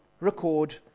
record